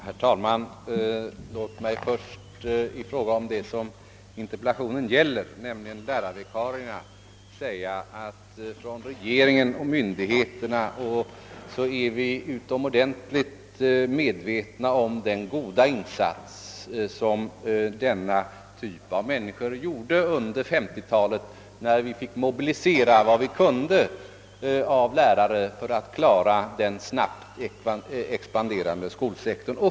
Herr talman! Låt mig först i fråga om det som interpellationen gäller, nämligen lärarvikariernas problem, säga att regeringen och myndigheterna är utomordentligt medvetna om den mycket goda insats som denna kategori lärare gjorde under 1950-talet, när vi fick mobilisera vad vi kunde av lärare för att klara den snabbt expanderande skolsektorn.